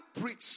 preach